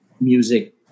music